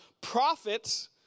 prophets